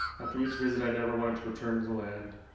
after each visit i never wanted to return to the land.